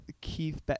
keith